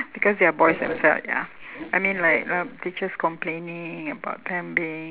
because they are boys themself ya I mean like uh teachers complaining about them being